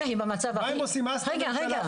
רגע,